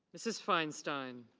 mrs. feinstein.